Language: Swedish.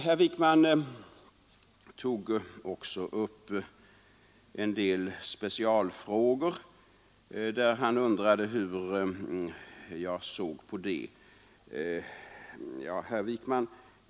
Herr Wijkman tog också upp en del specialfrågor och undrade hur jag såg på dem.